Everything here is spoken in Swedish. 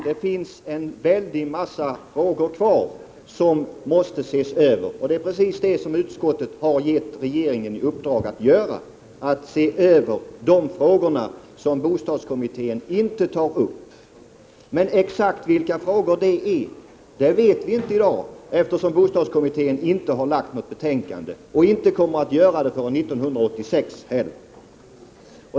Det återstår en väldig mängd frågor att se över, och utskottet vill att regeringen får i uppdrag att se över de frågor som bostadskommittén inte tar upp. Men exakt vilka frågor det gäller vet vi inte i dag, eftersom bostadskommittén inte har framlagt något betänkande och inte heller kommer att göra det förrän år 1986.